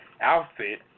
outfit